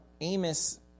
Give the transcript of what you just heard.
Amos